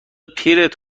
پیرت